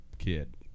kid